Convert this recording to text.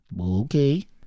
Okay